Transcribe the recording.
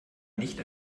nicht